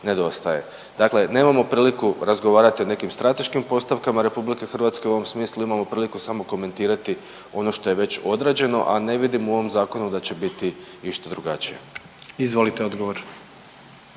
Dakle nemamo priliku razgovarati o nekim strateškim postavkama RH, u ovom smislu imamo priliku samo komentirati ono što je već odrađeno, a ne vidim u ovom zakonu da će biti išta drugačije. **Jandroković,